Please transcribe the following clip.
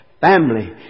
Family